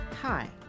Hi